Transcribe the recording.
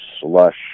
slush